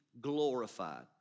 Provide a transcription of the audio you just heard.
glorified